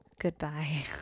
Goodbye